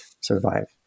survive